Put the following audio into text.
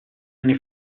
anni